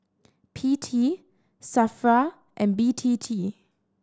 P T SAFRA and B T T